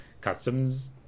customs